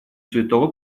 святого